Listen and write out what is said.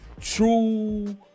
true